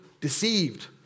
deceived